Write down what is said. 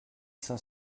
cinq